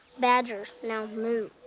badgers. now move.